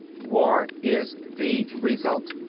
war is the result.